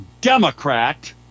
Democrat